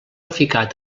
ficat